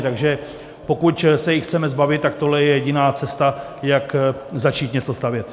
Takže pokud se jich chceme zbavit, tak tohle je jediná cesta, jak začít něco stavět.